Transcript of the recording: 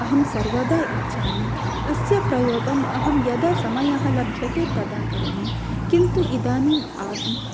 अहं सर्वदा इच्छामि अस्य प्रयोगम् अहं यदा समयः लभ्यते तदा करोमि किन्तु इदानीम्